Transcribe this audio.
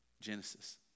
Genesis